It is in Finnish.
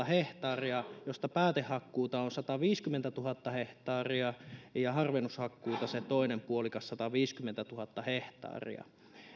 hehtaaria josta päätehakkuuta on sataviisikymmentätuhatta hehtaaria ja harvennushakkuuta se toinen puolikas sataviisikymmentätuhatta hehtaaria